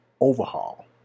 overhaul